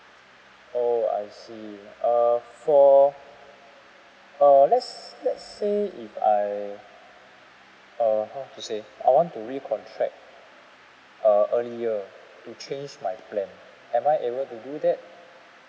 oh I see uh for uh let's let's say if I uh how to say I want to recontract uh earlier to change my plan am I able to do that